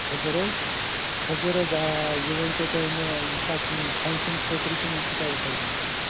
کھٔزٕر حظ کھٔزٕر حظ آ یہِ ؤنۍ تَو تُہۍ مےٚ یہِ چھا کُنہِ فَنٛکشَن خٲطرٕ کِنہٕ یہِ چھُو تۄہہِ یِتھٕے کَنہِ ضروٗرت